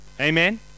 amen